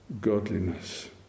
godliness